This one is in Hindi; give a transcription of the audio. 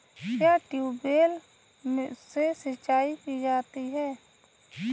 क्या ट्यूबवेल से सिंचाई की जाती है?